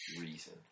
reason